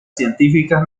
científicas